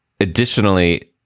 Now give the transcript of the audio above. Additionally